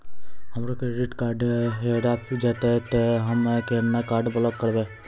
हमरो credit card हेरा जेतै ते हम्मय केना कार्ड ब्लॉक करबै?